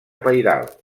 pairal